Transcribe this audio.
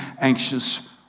anxious